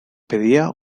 pedía